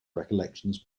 recollections